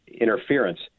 interference